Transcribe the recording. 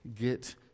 Get